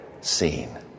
seen